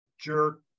jerk